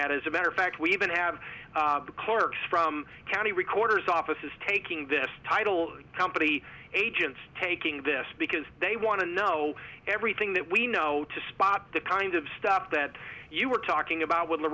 at as a matter of fact we even have the clerks from county recorder's office is taking this title company agents taking this because they want to know everything that we know to spot the kind of stuff that you were talking about with